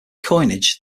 coinage